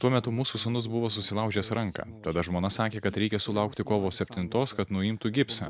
tuo metu mūsų sūnus buvo susilaužęs ranką tada žmona sakė kad reikia sulaukti kovo septintos kad nuimtų gipsą